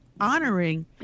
honoring